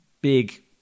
big